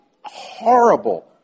horrible